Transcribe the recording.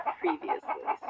previously